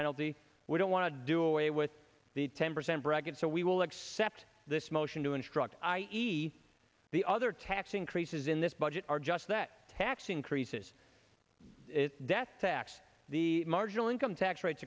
penalty we don't want to do away with the ten percent bracket so we will accept this motion to instruct i e the other tax increases in this budget are just that tax increases death tax the marginal income tax rates